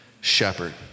shepherd